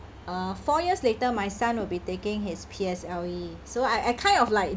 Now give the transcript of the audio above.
uh four years later my son will be taking his P_S_L_E so I I kind of like